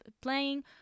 playing